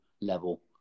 level